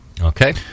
Okay